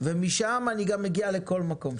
ומשם אני גם אגיע לכל מקום,